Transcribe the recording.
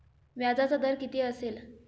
व्याजाचा दर किती असेल?